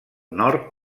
nord